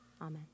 Amen